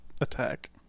attack